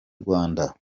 rwanda